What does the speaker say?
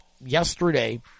yesterday